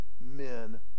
Men